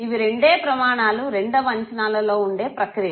ఇవి రెండే ప్రమాణాలు రెండవ అంచనాలో ఉండే ప్రక్రియ